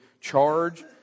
charge